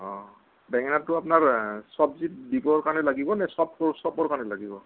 অঁ বেঙেনাটো আপোনাৰ চব্জিত দিবৰ কাৰণে লাগিব নে চপটো চপৰ কাৰণে লাগিব